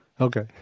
Okay